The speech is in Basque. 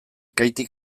kaitik